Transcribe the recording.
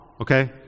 okay